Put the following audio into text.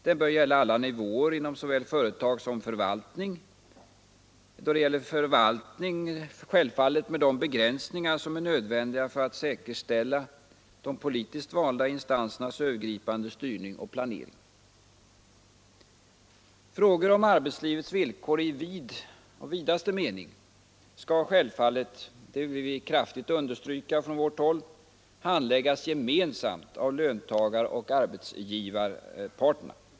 Den bör gälla alla nivåer inom såväl företag som förvaltning — i det senare fallet med de begränsningar som är nödvändiga för att säkerställa de politiskt valda instansernas Övergripande styrning och planering. Frågor om arbetslivets villkor i vidaste mening skall självfallet — det vill vi kraftigt understryka — handläggas gemensamt av löntagaroch arbetsgivarparterna.